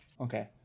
okay